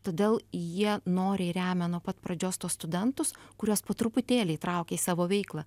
todėl jie noriai remia nuo pat pradžios tuos studentus kuriuos po truputėlį įtraukia į savo veiklą